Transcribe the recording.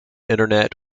internet